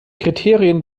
kriterien